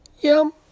Yum